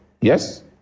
Yes